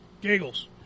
Giggles